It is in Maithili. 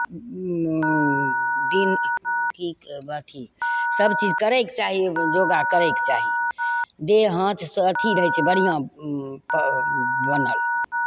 दिन की अथि सभचीज करयके चाही योगा करयके चाही देह हाथ स्व अथि रहै छै बढ़िआँ बनल